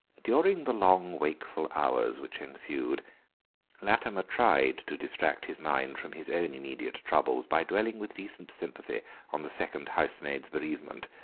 during the long wakeful hours which ensued latimer tried to distract his mind from his own immediate troubles by dwelling with decent sympathy on the second housemaid's bereavement,